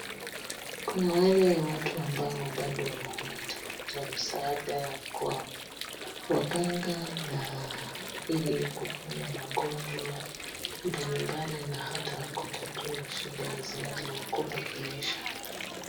Kuna wale watu ambao bado wanatafuta msaada kwa waganga ili kuponya magonjwa mbalimbali na hata kutatua shida zinazowakumba kimaisha.